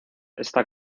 está